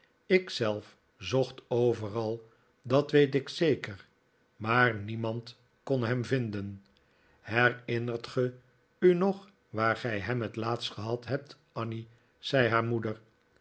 zelf zocht overal dat weet ik zeker maar niemand kon hem vinden herinnert ge u nog waar gij hem het laatst gehad hebt annie zei haar moeder